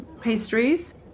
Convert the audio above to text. pastries